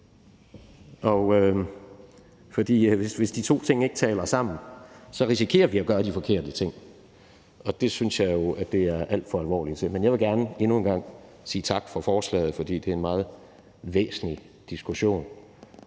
for hvis de to ting ikke taler sammen, risikerer man at gøre de forkerte ting, og det synes jeg jo at det er alt for alvorligt til. Men jeg vil gerne endnu en gang sige tak for forslaget, for det er en meget væsentlig diskussion,